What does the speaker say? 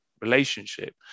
relationship